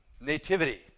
nativity